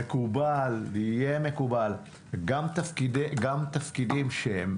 מקובל ויהיה מקובל גם תפקידי שהם